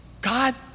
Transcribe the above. God